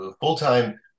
full-time